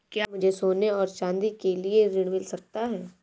क्या मुझे सोने और चाँदी के लिए ऋण मिल सकता है?